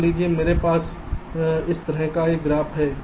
मान लीजिए मेरे पास इस तरह का एक ग्राफ है